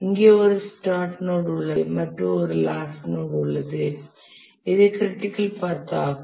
இங்கே ஒரு start node உள்ளது மற்றும் ஒரு லாஸ்ட் நோட் உள்ளது இது க்ரிட்டிக்கல் பாத் ஆகும்